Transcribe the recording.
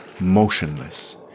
motionless